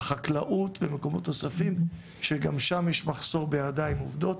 בחקלאות ומקומות נוספים שגם שם יש מחסור בידיים עובדות.